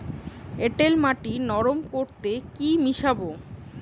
এঁটেল মাটি নরম করতে কি মিশাব?